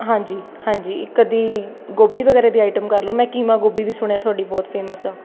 ਹਾਂਜੀ ਹਾਂਜੀ ਇੱਕ ਅੱਧੀ ਗੋਭੀ ਵਗੈਰਾ ਦੀ ਆਈਟਮ ਕਰ ਲਉ ਮੈਂ ਕੀਮਾ ਗੋਭੀ ਵੀ ਸੁਣਿਆ ਤੁਹਾਡੀ ਬਹੁਤ ਫੇਮਸ ਆ